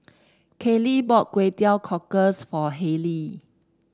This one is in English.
Kaylee bought Kway Teow Cockles for Harley